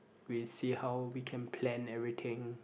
we see how we can plan everything